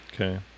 Okay